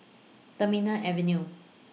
Terminal Avenue